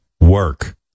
work